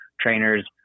trainers